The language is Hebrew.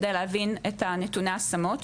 כדי להבין את נתוני ההשמות.